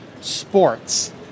sports